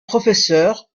professeur